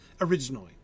originally